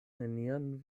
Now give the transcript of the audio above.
nenian